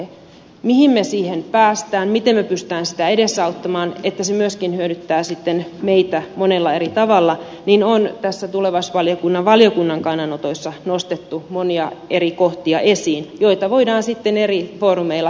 miten me siihen pääsemme miten me pystymme sitä edesauttamaan että se myöskin hyödyttää sitten meitä monella eri tavalla siitä on tulevaisuusvaliokunnan kannanotoissa nostettu monia eri kohtia esiin joita voidaan sitten eri foorumeilla työstää eteenpäin